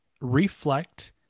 reflect